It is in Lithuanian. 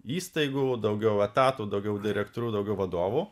įstaigų daugiau etatų daugiau direktorių daugiau vadovų